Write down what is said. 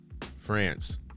france